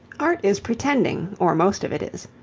art is pretending, or most of it is.